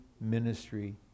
ministry